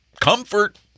comfort